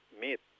meet